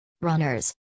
runners